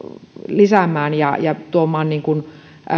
lisäämään ja ja tuomaan